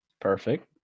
Perfect